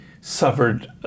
suffered